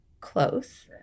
close